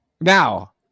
Now